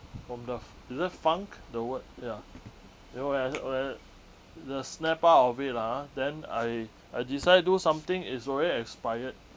from the f~ is it funk the word ya then when I when I the snap out of it lah ah then I I decide to do something it's already expired